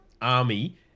army